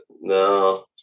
no